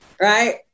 Right